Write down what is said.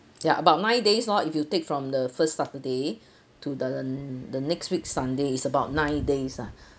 ya about nine days lor if you take from the first saturday to the the next week sunday is about nine days ah